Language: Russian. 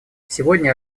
сегодня